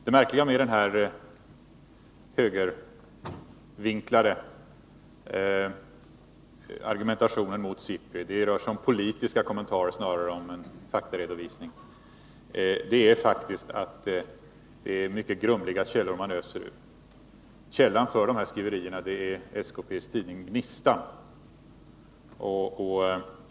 Det märkliga med denna högervinklade argumentation mot SIPRI, som snarare har karaktär av politiska kommentarer än av faktaredovisning, är att man öser ur mycket grumliga källor. Uppgifterna härrör från SKP:s tidning Gnistan.